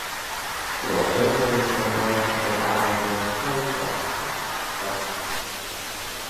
profesorius labiausiai propagavo palpaciją apčiuopą